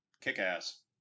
Kick-ass